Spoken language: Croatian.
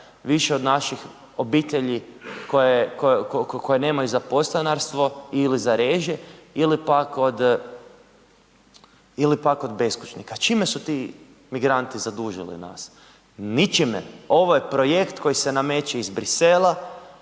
više od naših obitelji koje nemaju za podstanarstvo ili za režije ili pak od ili pak od beskućnika. Čime su ti migranti zadužili nas? Ničime, ovo je projekt koji se nameće ih Bruxellesa